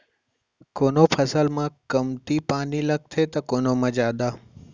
कोनो फसल म कमती पानी लगथे त कोनो म जादा